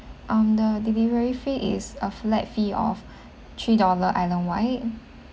um the delivery fee is a flat fee of three dollar islandwide